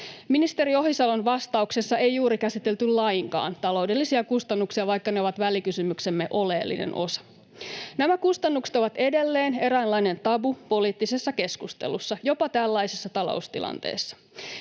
Ministeri Ohisalon vastauksessa ei käsitelty juuri lainkaan taloudellisia kustannuksia, vaikka ne ovat välikysymyksemme oleellinen osa. Nämä kustannukset ovat edelleen eräänlainen tabu poliittisessa keskustelussa, jopa tällaisessa taloustilanteessa.